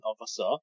officer